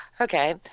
Okay